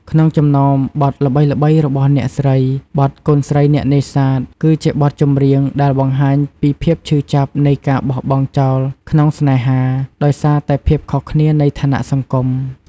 ក្នុងចំណោមបទល្បីៗរបស់អ្នកស្រី បទ កូនស្រីអ្នកនេសាទ គឺជាបទចម្រៀងដែលបង្ហាញពីភាពឈឺចាប់នៃការបោះបង់ចោលក្នុងស្នេហា ដោយសារតែភាពខុសគ្នានៃឋានៈសង្គម។